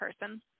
person